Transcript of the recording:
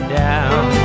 down